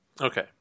Okay